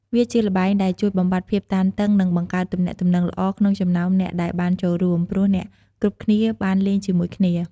វាជាល្បែងដែលជួយបំបាត់ភាពតានតឹង និងបង្កើត ទំនាក់ទំនងល្អ ក្នុងចំណោមអ្នកដែលបានចូលរួម ព្រោះអ្នកគ្រប់គ្នាបានលេងជាមួយគ្នា។